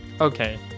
okay